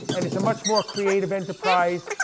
and it's a much more creative enterprise,